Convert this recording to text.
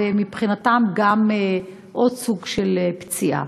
ומבחינתם גם עוד סוג של פציעה.